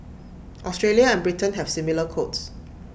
Australia and Britain have similar codes